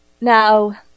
Now